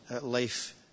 life